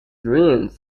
dreams